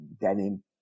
denim